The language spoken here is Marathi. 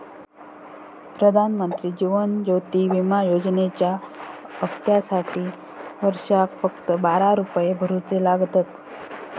प्रधानमंत्री जीवन ज्योति विमा योजनेच्या हप्त्यासाटी वर्षाक फक्त बारा रुपये भरुचे लागतत